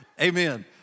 Amen